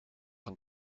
een